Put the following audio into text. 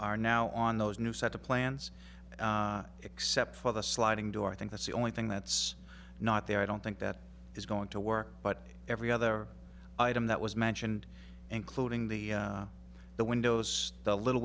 are now on those new set of plans except for the sliding door i think that's the only thing that's not there i don't think that is going to work but every other item that was mentioned including the the windows the little